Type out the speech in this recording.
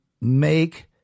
make